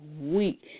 week